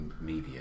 media